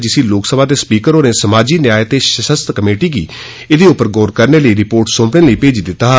जिसी लोकसभा दे स्पीकर होरें समाजी न्याय ते सशक्त कमेटी गी एह्दे उप्पर गौर करने ते रिपोर्ट सौंपने लेई भेजी दित्ता ऐ